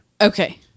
Okay